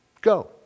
Go